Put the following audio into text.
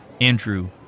Andrew